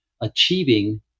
achieving